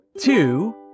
two